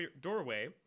doorway